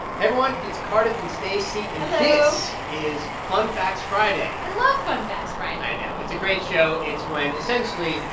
everyone. it's cardiff and stacey, and. hello this is fun facts friday i love fun facts friday i know. it's a great show. it's when, essentially,